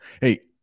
Hey